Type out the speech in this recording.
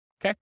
Okay